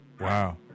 Wow